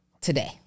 today